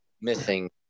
missing